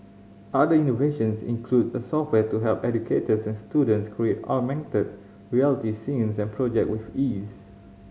other innovations include a software to help educators and students create augmented reality scenes and project with ease